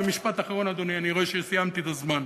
ומשפט אחרון, אדוני, אני רואה שסיימתי את הזמן.